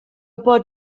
pot